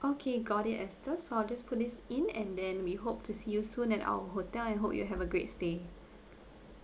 okay got it esther so I'll just put this in and then we hope to see you soon at our hotel I hope you have a greats day